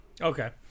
Okay